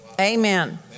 Amen